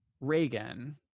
Reagan